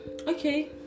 okay